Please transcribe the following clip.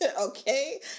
Okay